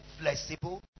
flexible